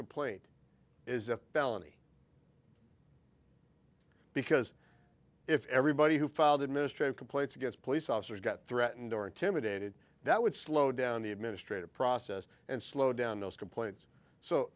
complaint is a felony because if everybody who filed administrative complaints against police officers got threatened or intimidated that would slow down the administrative process and slow down those complaints so